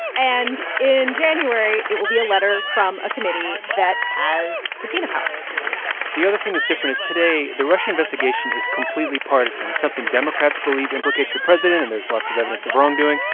and in january, it will be a letter from a committee that has subpoena power the other thing that's different is, today, the russian investigation is completely partisan. it's something democrats believe implicates the president, and there's lots of evidence of wrongdoing.